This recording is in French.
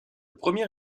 premier